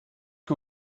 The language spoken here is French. que